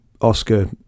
Oscar